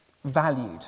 Valued